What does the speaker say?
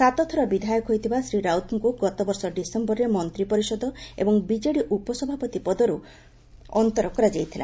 ସାତଥର ବିଧାୟକ ହୋଇଥିବା ଶ୍ରୀ ରାଉତଙ୍କୁ ଗତବର୍ଷ ଡିସେମ୍ବରରେ ମନ୍ତ୍ରୀ ପରିଷଦ ଏବଂ ବିଜେଡ଼ି ଉପସଭାପତି ପଦରୁ ଅନ୍ତର କରାଯାଇଥିଲା